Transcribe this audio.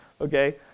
Okay